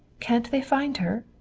can't they find her?